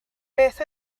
beth